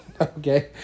Okay